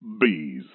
Bees